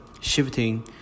shifting